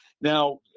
Now